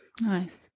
Nice